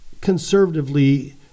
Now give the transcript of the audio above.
conservatively